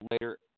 later